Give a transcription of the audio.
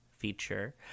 feature